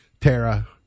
Tara